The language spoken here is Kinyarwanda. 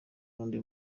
n’undi